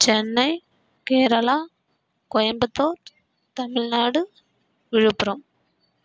Chennai Kerala Coimbatore Tamil Nadu Villupuram